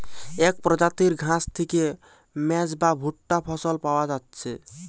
এক প্রজাতির ঘাস থিকে মেজ বা ভুট্টা ফসল পায়া যাচ্ছে